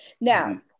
now